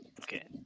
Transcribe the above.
Okay